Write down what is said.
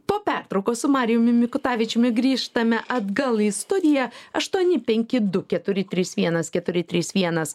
po pertraukos su marijumi mikutavičiumi grįžtame atgal į studiją aštuoni penki du keturi trys vienas keturi trys vienas